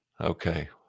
Okay